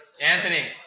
Anthony